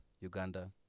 Uganda